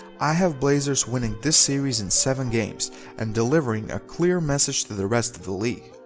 i have blazers winning this series in seven games and delivering a clear message to the rest of the league.